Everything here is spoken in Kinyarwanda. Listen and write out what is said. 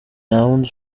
ntawundi